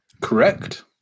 Correct